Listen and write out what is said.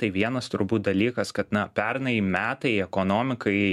tai vienas turbūt dalykas kad na pernai metai ekonomikai